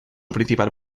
principal